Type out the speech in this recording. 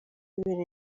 ibintu